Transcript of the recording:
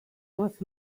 with